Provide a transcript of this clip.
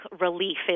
relief